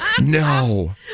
no